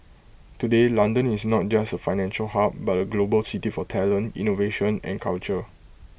today London is not just A financial hub but A global city for talent innovation and culture